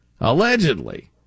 Allegedly